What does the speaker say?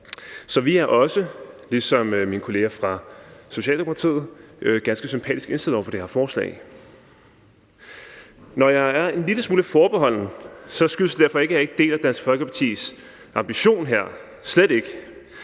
Så vi er også, ligesom min kollega fra Socialdemokratiet, ganske sympatisk indstillet over for det her forslag. Når jeg er en lille smule forbeholden, skyldes det derfor ikke, at jeg ikke deler Dansk Folkepartis ambition her – slet ikke